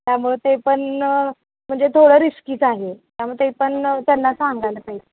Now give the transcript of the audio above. त्यामुळं ते पण म्हणजे थोडं रिस्कीच आहे त्यामुळे ते पण त्यांना सांगायला पाई